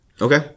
Okay